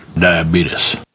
diabetes